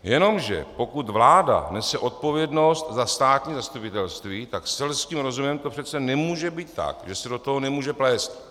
Jenomže pokud vláda nese odpovědnost za státní zastupitelství, tak selským rozumem to přece nemůže být tak, že se do toho nemůže plést.